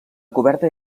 coberta